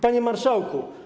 Panie Marszałku!